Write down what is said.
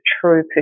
true